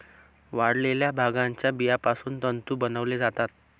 वाळलेल्या भांगाच्या बियापासून तंतू बनवले जातात